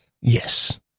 Yes